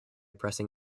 pressing